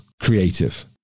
creative